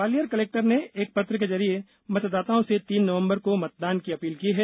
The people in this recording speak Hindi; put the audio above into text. ग्वालियर कलेक्टर ने एक पत्र के जरिए मतदाताओं से तीन नवंबर को मतदान की अपील की है